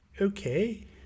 okay